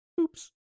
oops